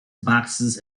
boxes